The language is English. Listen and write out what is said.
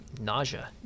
nausea